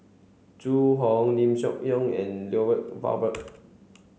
Zhu Hong Lim Seok and Lloyd Valberg